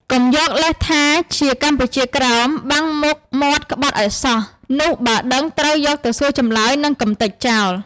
កុំយកលេសថាជាកម្ពុជាក្រោម បាំងមុខមាត់ក្បត់ឱ្យសោះ នោះបើដឹងត្រូវយកទៅសួរចម្លើយ និងកំទេចចោល។